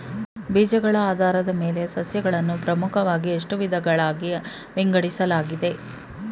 ಬೀಜಗಳ ಆಧಾರದ ಮೇಲೆ ಸಸ್ಯಗಳನ್ನು ಪ್ರಮುಖವಾಗಿ ಎಷ್ಟು ವಿಧಗಳಾಗಿ ವಿಂಗಡಿಸಲಾಗಿದೆ?